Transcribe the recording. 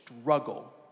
struggle